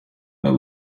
but